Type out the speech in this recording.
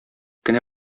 кенә